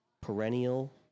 perennial